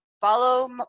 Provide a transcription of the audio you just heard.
follow